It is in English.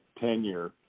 tenure